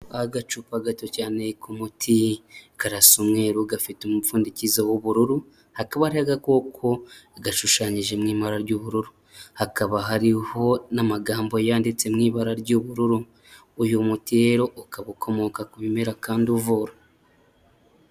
Agacupa gato cyane k'umuti karasa umweru, gafite umupfundikizo w'ubururu, hataba hariho agakoko gashushanyije mu ibara ry'ubururu, hakaba hariho n'amagambo yanditse mu ibara ry'ubururu, uyu muti rero ukaba ukomoka ku bimera kandi uvura.